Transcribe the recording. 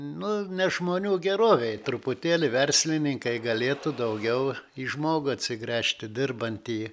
nu ne žmonių gerovei truputėlį verslininkai galėtų daugiau į žmogų atsigręžti dirbantį